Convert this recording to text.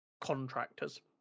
contractors